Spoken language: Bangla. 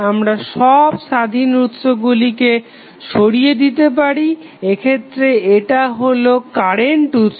আমরা সব স্বাধীন উৎসগুলিকে সরিয়ে দিতে পারি এক্ষেত্রে এটা হলো কারেন্ট উৎস